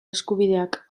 eskubideak